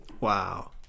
Wow